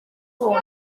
sôn